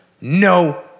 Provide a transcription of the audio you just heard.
No